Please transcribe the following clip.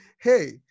hey